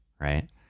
right